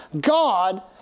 God